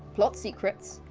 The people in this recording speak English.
plot secrets,